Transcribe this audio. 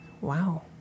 Wow